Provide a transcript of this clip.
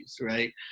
right